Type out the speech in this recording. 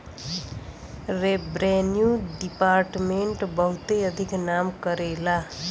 revenue department बहुते अधिक नाम करेला